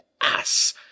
ass